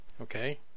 okay